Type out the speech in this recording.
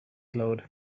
glowed